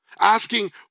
Asking